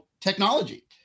technology